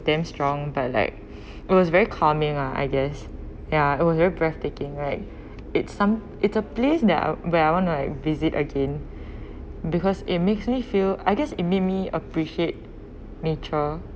damn strong but like it was very calming lah I guess ya it was very breathtaking right it's some it's a place that I where I want to visit again because it makes me feel I guess it made me appreciate nature